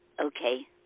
okay